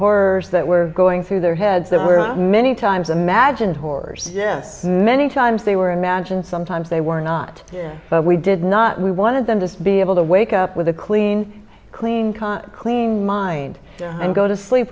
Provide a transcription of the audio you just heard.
horrors that were going through their heads that were many times imagined horrors yes many times they were imagined sometimes they were not there but we did not we wanted them to be able to wake up with a clean clean clean mind go to sleep